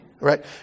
right